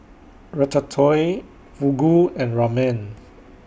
Ratatouille Fugu and Ramen